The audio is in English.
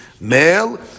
male